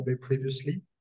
previously